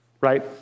right